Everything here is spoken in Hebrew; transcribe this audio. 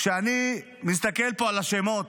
כשאני מסתכל פה על השמות,